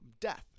death